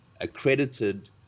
accredited